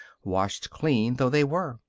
washed clean though they were.